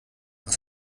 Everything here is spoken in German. was